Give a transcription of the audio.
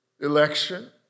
election